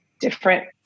different